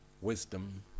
wisdom